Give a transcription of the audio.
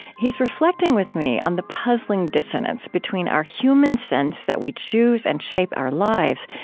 he's reflecting with me on the puzzling dissonance between our human sense that we choose and shape our lives,